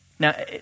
Now